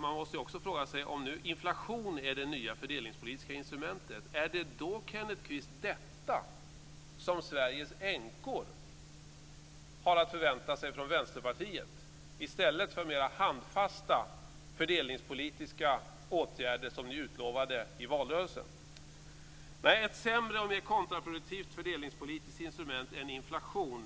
Man måste också fråga sig: Om nu inflation är det nya fördelningspolitiska instrumentet, är det då, Kenneth Kvist, detta som Sveriges änkor har att förvänta sig från Vänsterpartiet i stället för de mera handfasta fördelningspolitiska åtgärder som ni utlovade i valrörelsen? Nej, ett sämre och mer kontraproduktivt fördelningspolitiskt instrument än inflation